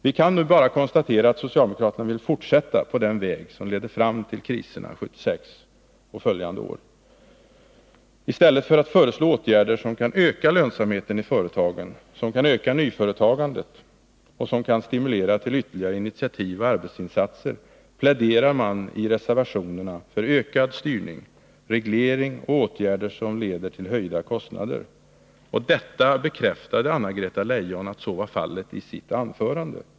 Vi kan nu bara konstatera att socialdemokraterna vill fortsätta på den väg som ledde fram till kriserna 1976 och följande år. I stället för att föreslå åtgärder som kan öka lönsamheten i företagen, som kan öka nyföretagandet och som kan stimulera till ytterligare initiativ och arbetsinsatser pläderar man i reservationerna för ökad styrning, reglering och åtgärder som leder till höjda kostnader. Anna-Greta Leijon bekräftade i sitt anförande att så var fallet.